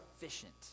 efficient